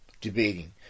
debating